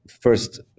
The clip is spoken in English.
first